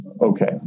Okay